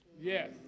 Yes